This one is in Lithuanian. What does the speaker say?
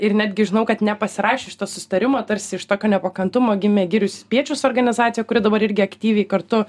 ir netgi žinau kad nepasirašė šio susitarimo tarsi iš tokio nepakantumo gimė girių spiečius organizacija kuri dabar irgi aktyviai kartu